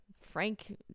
frank